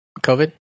COVID